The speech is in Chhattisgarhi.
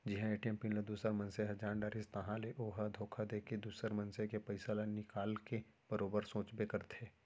जिहां ए.टी.एम पिन ल दूसर मनसे ह जान डारिस ताहाँले ओ ह धोखा देके दुसर मनसे के पइसा ल निकाल के बरोबर सोचबे करथे